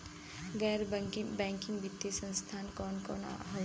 गैर बैकिंग वित्तीय संस्थान कौन कौन हउवे?